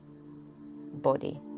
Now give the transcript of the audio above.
body